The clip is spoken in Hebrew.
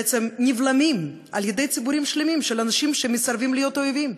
בעצם נבלמים על-ידי ציבורים שלמים של אנשים שמסרבים להיות אויבים,